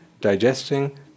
digesting